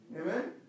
Amen